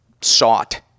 sought